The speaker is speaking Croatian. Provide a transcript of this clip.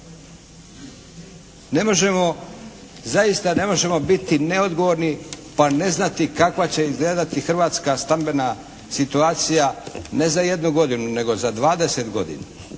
Ne možemo, zaista ne možemo biti neodgovorni pa ne znati kakva će izgledati hrvatska stambena situacija ne za jednu godinu nego za 20 godina.